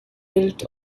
built